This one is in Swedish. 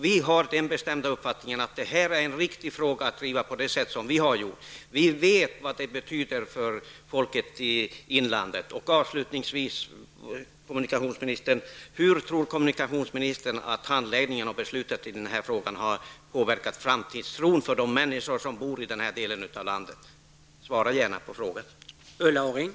Vi har den bestämda uppfattningen att det här är en viktig fråga att driva på det sätt som vi har gjort. Vi vet vad det betyder för folket i inlandet. Avslutningsvis: Hur tror kommunikationsministern att handläggningen och besluten i den här frågan har påverkat framtidstron hos de människor som bor i den här delen av landet? Svara gärna på den frågan.